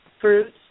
fruits